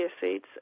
seeds